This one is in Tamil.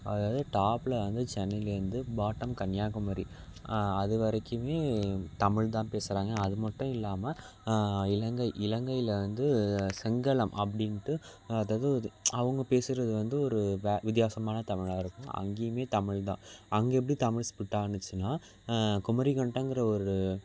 அதாவது டாப்ல வந்து சென்னைலிருந்து பாட்டம் கன்னியாகுமரி அது வரைக்குமே தமிழ் தான் பேசுகிறாங்க அது மட்டும் இல்லாமல் இலங்கை இலங்கையில வந்து சிங்களம் அப்படின்ட்டு அதாவது அது அவங்க பேசுகிறது வந்து ஒரு பே வித்தியாசமான தமிழா இருக்கும் அங்கேயுமே தமிழ் தான் அங்கே எப்படி தமிழ் ஸ்பிட் ஆணுச்சுனால் குமரிக்கண்டங்கிற ஒரு